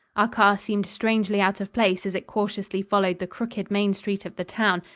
our car seemed strangely out of place as it cautiously followed the crooked main street of the town,